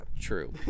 True